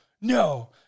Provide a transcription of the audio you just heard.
no